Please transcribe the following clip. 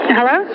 Hello